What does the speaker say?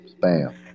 Spam